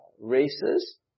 races